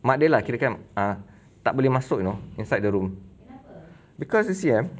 mother lah kirakan ah tak boleh masuk you know inside the room because you see ah